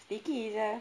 staycay jer